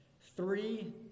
three